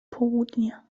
południa